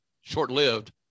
short-lived